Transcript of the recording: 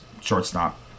shortstop